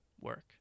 work